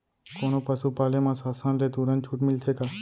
कोनो पसु पाले म शासन ले तुरंत छूट मिलथे का?